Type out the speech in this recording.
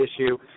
issue